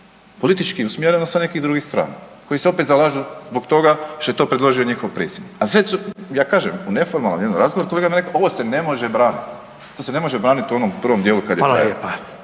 politički usmjereno sa nekih drugih strana koji se opet zalažu zbog toga što je to predložio njihov predsjednik. A ja kažem u neformalnom jednom razgovoru kolega mi je rekao ovo se ne može braniti. To se ne može braniti u onom prvom dijelu kada je …